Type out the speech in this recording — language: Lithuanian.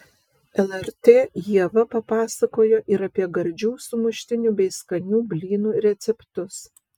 lrt ieva papasakojo ir apie gardžių sumuštinių bei skanių blynų receptus